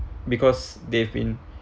because they've been